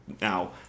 Now